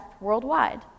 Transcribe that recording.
worldwide